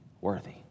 worthy